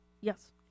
yes